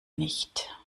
nicht